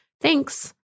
Thanks